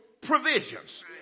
provisions